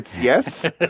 Yes